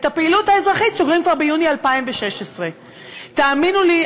את הפעילות האזרחית סוגרים כבר ביוני 2016. תאמינו לי,